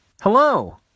Hello